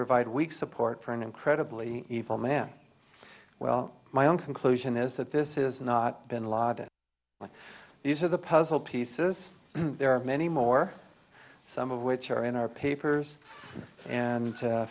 provide weak support for an incredibly evil man well my own conclusion is that this is not bin ladin these are the puzzle pieces there are many more some of which are in our papers and